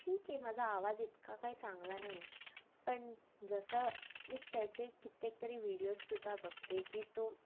ठीक आहे माझा आवाज इतका काही चांगला नाही पण जसं मी त्याचे कित्येक तरी व्हिडीओजसुद्धा बघते की तो